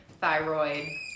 thyroid